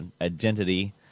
identity